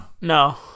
No